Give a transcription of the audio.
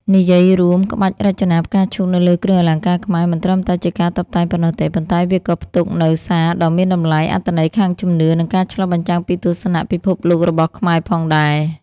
និយាយរួម ក្បាច់រចនាផ្កាឈូកនៅលើគ្រឿងអលង្ការខ្មែរមិនត្រឹមតែជាការតុបតែងប៉ុណ្ណោះទេ ប៉ុន្តែវាក៏ផ្ទុកនូវសារដ៏មានតម្លៃ អត្ថន័យខាងជំនឿ និងការឆ្លុះបញ្ចាំងពីទស្សនៈពិភពលោករបស់ខ្មែរផងដែរ។